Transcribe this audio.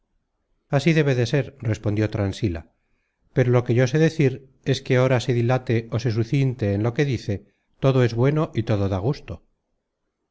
así debe de ser respondió transila pero lo que yo sé decir es que ora se dilate ó se sucinte en lo que dice todo es bueno y todo da gusto